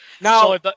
Now